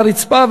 לרצפה,